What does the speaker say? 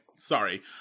Sorry